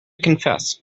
confess